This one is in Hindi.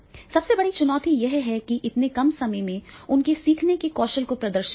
सबसे बड़ी चुनौती है कि इतने कम समय में उनके सीखने के कौशल को प्रदर्शित करना